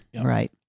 right